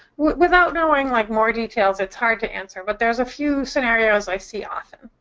without knowing, like, more details, it's hard to answer. but there's a few scenarios i see often.